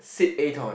sit-a-ton